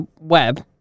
web